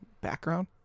background